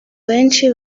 benshi